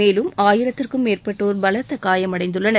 மேலும் ஆயிரத்திற்கும் மேற்பட்டோர் பலத்த காயமடைந்துள்ளனர்